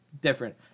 different